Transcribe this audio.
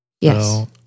Yes